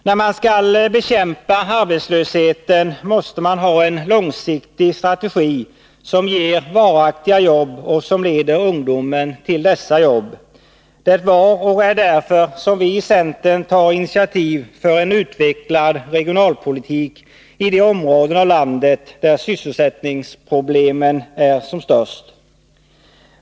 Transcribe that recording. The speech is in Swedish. När man skall bekämpa arbetslösheten måste man ha en långsiktig strategi, som ger varaktiga jobb och som leder ungdomen till dessa jobb. Det var och är därför som vi i centern tar initiativ för en utvecklad regionalpolitik, i de områden av landet där sysselsättningsproblemen är som störst.